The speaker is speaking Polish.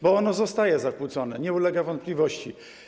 Bo ono zostaje zakłócone, to nie ulega wątpliwości.